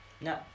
No